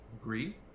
agree